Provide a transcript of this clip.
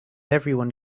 everyone